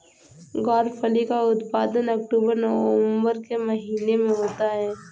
ग्वारफली का उत्पादन अक्टूबर नवंबर के महीने में होता है